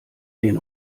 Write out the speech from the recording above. den